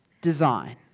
design